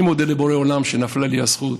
אני מודה לבורא עולם על שנפלה בחלקי הזכות,